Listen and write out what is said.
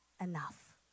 enough